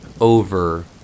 over